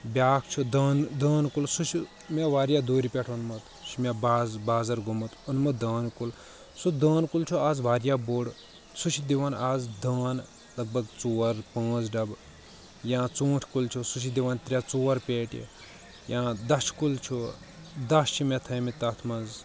بیاکھ چھُ دٲن دٲن کُل سُہ چھُ مےٚ واریاہ دوٗرِ پٮ۪ٹھ اوٚنمُت سُہ چھُ مےٚ با بازر گوٚومُت اوٚنمُت دٲن کُل سُہ دٲن کُل چھُ از واریاہ بوٚڑ سُہ چھُ دِوان از دٲن لگ بگ ژور پانٛژ ڈبہٕ یا ژوٗنٹھۍ کُلۍ چھُ سُہ چھُ دِوان ترٛےٚ ژور پیٹہِ یا دچھ کُلۍ چھُ دچھ چھِ مےٚ تھٲیمٕتۍ تتھ منٛز